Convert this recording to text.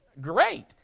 great